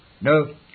No